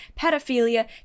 pedophilia